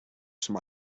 some